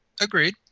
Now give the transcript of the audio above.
Agreed